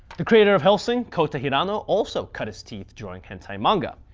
the creator of helsing, kouta hirano, also cut his teeth drawing hentai manga.